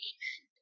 Amen